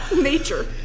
Nature